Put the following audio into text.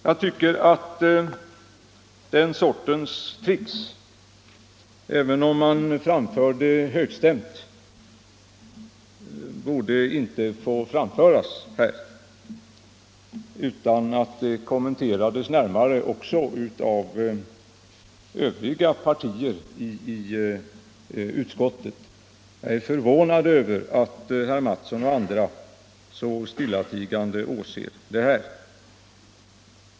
Jag tycker att den sortens tricks, även om man framför dem högstämt, inte borde få förekomma här utan att de kommenterades närmare också av Övriga företrädare för utskottsmajoriteten. Jag är förvånad över att herr Mattsson och andra stillatigande åhör det här.